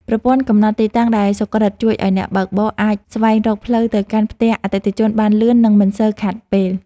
ប្រព័ន្ធកំណត់ទីតាំងដែលសុក្រឹតជួយឱ្យអ្នកបើកបរអាចស្វែងរកផ្លូវទៅកាន់ផ្ទះអតិថិជនបានលឿន និងមិនសូវខាតពេល។